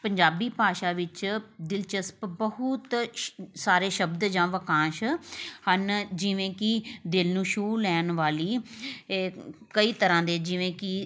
ਪੰਜਾਬੀ ਭਾਸ਼ਾ ਵਿੱਚ ਦਿਲਚਸਪ ਬਹੁਤ ਸ਼ ਸਾਰੇ ਸ਼ਬਦ ਜਾਂ ਵਾਕੰਸ਼ ਹਨ ਜਿਵੇਂ ਕਿ ਦਿਲ ਨੂੰ ਛੂਹ ਲੈਣ ਵਾਲੀ ਇਹ ਕਈ ਤਰ੍ਹਾਂ ਦੇ ਜਿਵੇਂ ਕਿ